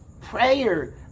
prayer